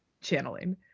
channeling